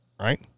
right